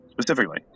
specifically